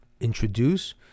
introduce